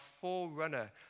forerunner